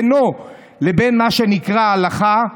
בינו לבין מה שנקרא הלכה,